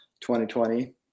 2020